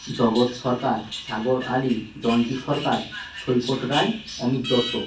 Jagat Sarkar Sagar Ali Jonty Sarkar Saikat Roy Amit Dutta